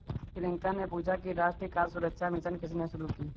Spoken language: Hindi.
प्रियंका ने पूछा कि राष्ट्रीय खाद्य सुरक्षा मिशन किसने शुरू की?